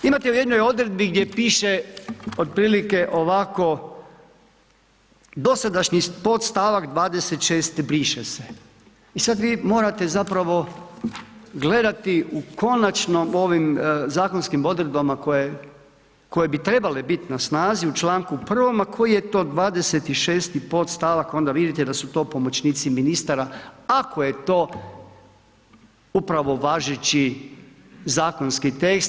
Imate u jednoj odredbi gdje piše otprilike ovako, dosadašnji podstavak 26. briše se i sad vi morate zapravo gledati u konačno ovim zakonskim odredbama koje bi trebale biti na snazi u članku 1. a koji je to 26. podstavak, onda vidite da su to pomoćnici ministara ako je to upravo važeći zakonski tekst.